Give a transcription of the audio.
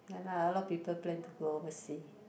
ya lah a lot of people plan to go overseas